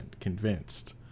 convinced